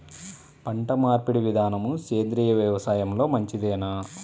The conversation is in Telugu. పంటమార్పిడి విధానము సేంద్రియ వ్యవసాయంలో మంచిదేనా?